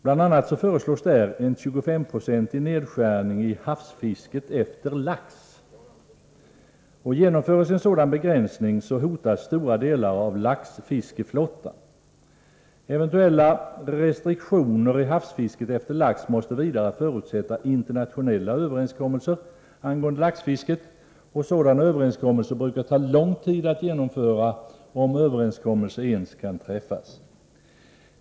Bl.a. föreslås en 25-procentig nedskärning i havsfisket efter lax. Genomförs en sådan begränsning hotas stora delar av laxfiskeflottan. Eventuella restriktioner i havsfisket efter lax måste vidare förutsätta internationella överenskommelser. Sådana överenskommelser brukar ta lång tid att genomföra om överenskommelse ens kan träffas.